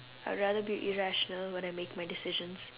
I'd rather be irrational when I make my decisions